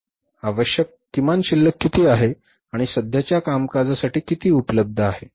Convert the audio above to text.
आवश्यक किमान शिल्लक किती आहे आणि सध्याच्या कामकाजासाठी किती उपलब्ध आहे